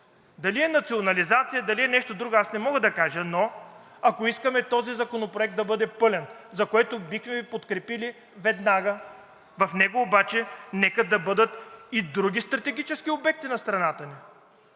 Дали е национализация, дали е нещо друго, аз не мога да кажа, но ако искаме този законопроект да бъде пълен, за което бихме Ви подкрепили веднага, в него обаче нека да бъдат и други стратегически обекти на страната ни.